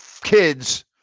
kids